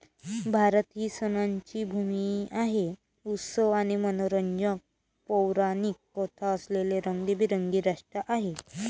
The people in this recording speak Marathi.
भारत ही सणांची भूमी आहे, उत्सव आणि मनोरंजक पौराणिक कथा असलेले रंगीबेरंगी राष्ट्र आहे